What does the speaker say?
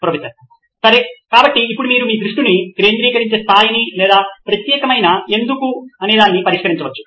professor సరే కాబట్టి ఇప్పుడు మీరు మీ దృష్టిని కేంద్రీకరించే స్థాయిని లేదా ప్రత్యేకమైన "ఎందుకు" ను పరిష్కరించవచ్చు